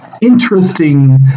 interesting